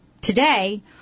today